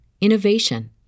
innovation